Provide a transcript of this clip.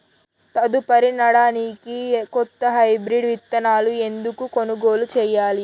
తదుపరి నాడనికి కొత్త హైబ్రిడ్ విత్తనాలను ఎందుకు కొనుగోలు చెయ్యాలి?